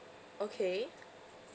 okay